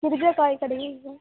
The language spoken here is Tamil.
கிரிஜா காய்கடையா